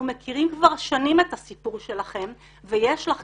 מכירים כבר שנים את הסיפור שלכם ויש לך,